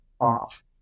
off